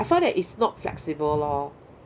I find that it's not flexible lor